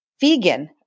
vegan